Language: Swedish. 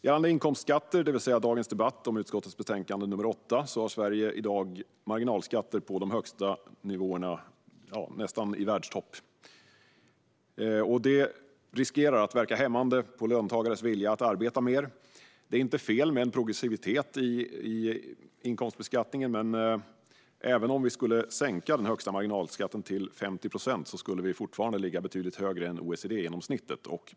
Gällande inkomstskatter, det vill säga dagens debatt om utskottets betänkande nr 8, har Sverige i dag marginalskatter där de högsta nivåerna är nästan i världstopp. Det riskerar att verka hämmande på löntagares vilja att arbeta mer. Det är inte fel med en progressivitet i inkomstbeskattningen, men även om vi skulle sänka den högsta marginalskatten till 50 procent skulle Sverige fortfarande ligga betydligt högre än OECD-genomsnittet.